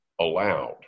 allowed